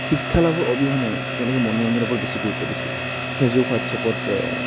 শিক্ষা লাভৰ অবিহনে তেওঁলোকে মনোৰঞ্জনৰ ওপৰত বেছি গুৰুত্ব দিছে ফেচবুক হোৱাটচেপত